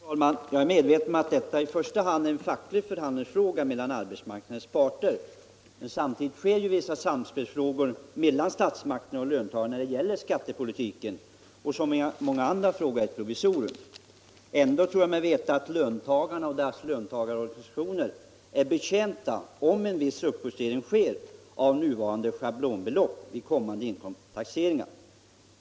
Fru talman! Jag är medveten om att detta i första hand är en facklig förhandlingsfråga för arbetsmarknadens parter, men samtidigt sker ju visst samspel mellan statsmakterna och löntagarna när det gäller skattepolitiken, som i många andra fall är ett provisorium. Ändock tror jag mig veta att löntagarna och deras organisationer är betjänta av att en viss uppjustering av nuvarande schablonbelopp sker vid kommande inkomsttaxeringar.